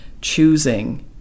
choosing